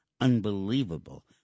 unbelievable